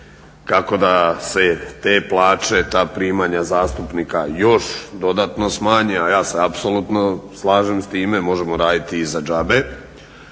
kako da se te plaće, ta primanja zastupnika još dodatno smanje, a ja se apsolutno slažem s time. Možemo raditi i za džabe,